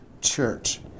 church